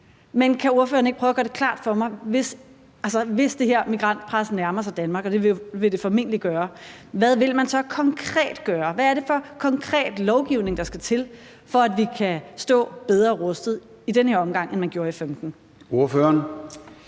Men kan ordføreren ikke prøve at gøre det klart for mig, at hvis det her migrantpres nærmer sig Danmark, og det vil det formentlig gøre, hvad vil man så konkret gøre? Hvad er det for konkret lovgivning, der skal til, for at vi kan stå bedre rustet i denne omgang, end man gjorde i 2015?